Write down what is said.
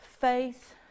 faith